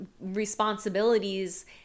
responsibilities